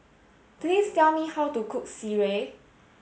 please tell me how to cook Sireh